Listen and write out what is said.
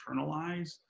internalize